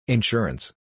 Insurance